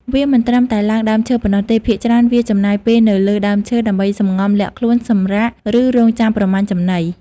វាមិនត្រឹមតែឡើងដើមឈើប៉ុណ្ណោះទេ ភាគច្រើនវា ចំណាយពេលនៅលើដើមឈើ ដើម្បីសំងំលាក់ខ្លួន សម្រាក ឬរង់ចាំប្រមាញ់ចំណី។